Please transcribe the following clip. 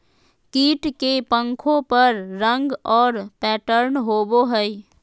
कीट के पंखों पर रंग और पैटर्न होबो हइ